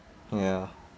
ya